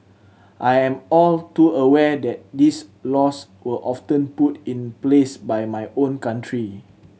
I am all too aware that these laws were often put in place by my own country